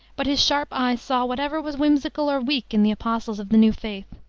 but his sharp eyes saw whatever was whimsical or weak in the apostles of the new faith.